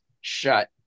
shut